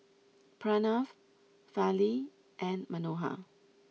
Pranav Fali and Manohar